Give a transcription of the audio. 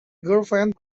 girlfriend